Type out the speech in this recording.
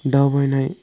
दावबायनाय